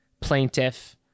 plaintiff